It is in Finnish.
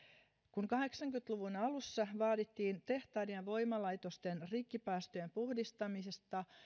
kun kahdeksankymmentä luvun alussa vaadittiin tehtaiden ja voimalaitosten rikkipäästöjen puhdistamista